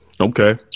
Okay